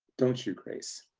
don't you, grace?